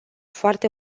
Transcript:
foarte